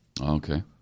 Okay